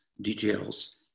details